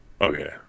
Okay